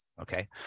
Okay